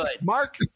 Mark